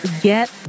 get